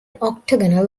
octagonal